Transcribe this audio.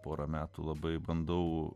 porą metų labai bandau